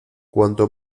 cuanto